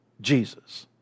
Jesus